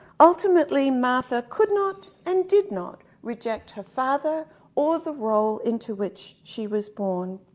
ultimately, martha could not and did not reject her father or the role into which she was born.